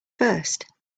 first